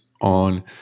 on